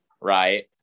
right